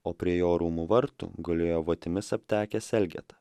o prie jo rūmų vartų gulėjo votimis aptekęs elgeta